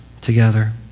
together